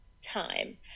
time